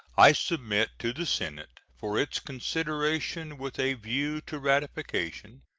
i transmit to the senate, for its consideration with a view to ratification,